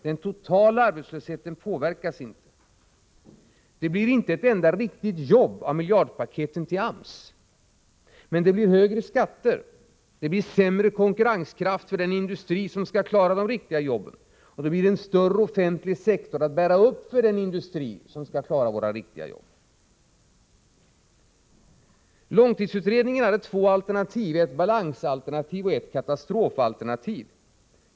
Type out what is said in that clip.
Den totala arbetslösheten påverkas inte. Det blir inte ett enda riktigt jobb av miljardpaketen till AMS. Men det blir högre skatter, det blir sämre konkurrenskraft för den industri som skall klara de riktiga jobben, och det blir en större offentlig sektor att bära upp för denna industri som skall klara våra riktiga jobb. Långtidsutredningen hade två alternativ, ett balansalternativ och ett katastrofalternativ.